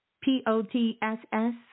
P-O-T-S-S